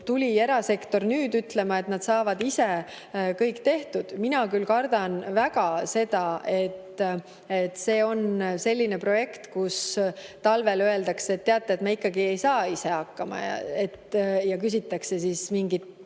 siis erasektor ütles nüüd, et nad saavad ise kõik tehtud. Mina küll kardan väga seda, et see on selline projekt, kus talvel öeldakse, et teate, et me ikkagi ei saa ise hakkama. Ja siis küsitakse jälle riigilt